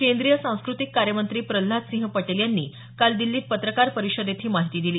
केंद्रीय सांस्कृतिक कार्यमंत्री प्रल्हाद सिंह पटेल यांनी काल दिल्लीत पत्रकार परिषदेत ही माहिती दिली